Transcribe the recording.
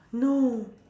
no